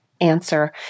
answer